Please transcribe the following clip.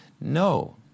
No